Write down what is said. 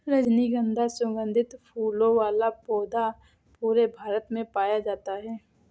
रजनीगन्धा सुगन्धित फूलों वाला पौधा पूरे भारत में पाया जाता है